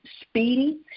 speedy